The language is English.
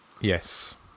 Yes